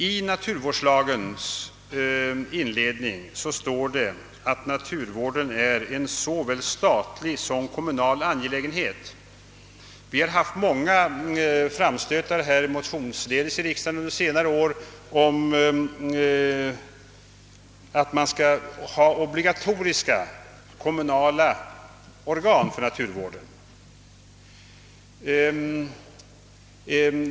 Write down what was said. I naturvårdslagens inledning står att naturvården är en såväl statlig som kommunal angelägenhet. Vi har motionsvägen gjort många framstötar i riksdagen under senare år om inrättande av obligatoriska kommunala organ för naturvården.